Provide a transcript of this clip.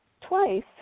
twice